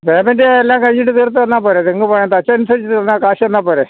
payment എല്ലാം കഴിഞ്ഞിട്ട് തീർത്തുതന്നാല് പോരെ നിങ്ങള്ക്ക് തച്ചനുസരിച്ച് കാശ് തന്നാല് പോരെ